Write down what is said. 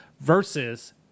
versus